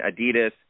Adidas